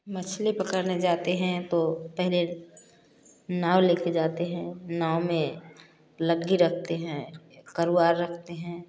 मछली पकड़ने जाते हैं तो पहले नाव लेके जाते हैं नाव में लगी रखते हैं करुआर रखते हैं